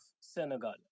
Senegal